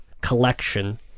collection